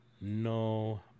no